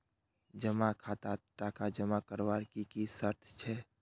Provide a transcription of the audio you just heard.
जमा खातात टका जमा करवार की की शर्त छे?